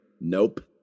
Nope